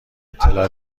اطلاع